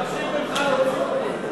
מבקשים ממך להוציא אותי,